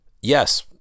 Yes